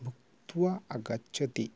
भुक्त्वा आगच्छति